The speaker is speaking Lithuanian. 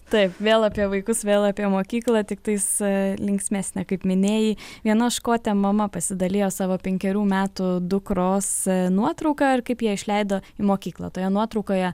taip vėl apie vaikus vėl apie mokyklą tiktais linksmesnė kaip minėjai viena škotė mama pasidalijo savo penkerių metų dukros nuotrauka ir kaip ją išleido į mokyklą toje nuotraukoje